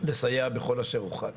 לסייע בכל אשר אוכל,